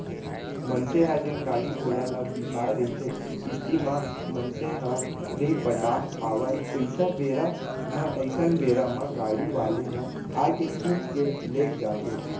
मनसे ह जेन गाड़ी घोड़ा ल बिसाय रहिथे किस्ती म मनसे ह नइ पटा पावय पइसा बेरा म अइसन बेरा म गाड़ी वाले ह आके खींच के लेग जाथे